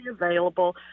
available